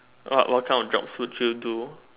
uh what kind of jobs would you do